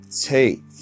take